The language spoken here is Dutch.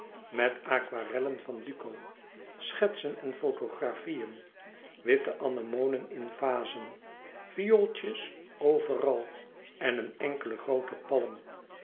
met aquarellen van duco schetsen en fotografieën witte anemonen in vazen viooltjes overal en een enkele groote palm